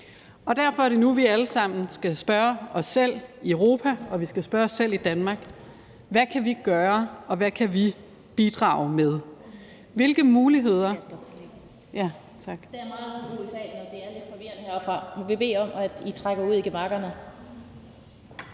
Derfor er det nu, vi alle sammen skal spørge os selv i Europa, og vi skal spørge os selv i Danmark: Hvad kan vi gøre, og hvad kan vi bidrage med? Kl. 16:15 Den